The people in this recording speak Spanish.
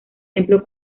templo